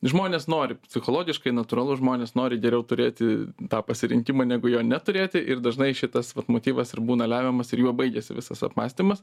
žmonės nori psichologiškai natūralu žmonės nori geriau turėti tą pasirinkimą negu jo neturėti ir dažnai šitas motyvas ir būna lemiamas ir juo baigiasi visas apmąstymas